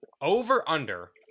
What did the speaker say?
over-under